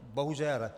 Bohužel.